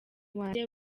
wanjye